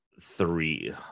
three